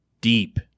deep